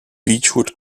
beechwood